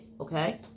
okay